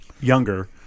younger